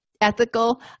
ethical